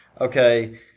okay